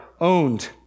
owned